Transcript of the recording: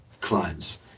climbs